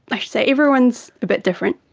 i should say, everyone is a bit different,